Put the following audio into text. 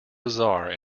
bizarre